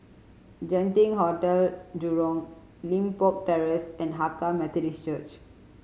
Genting Hotel Jurong Limbok Terrace and Hakka Methodist Church